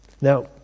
Now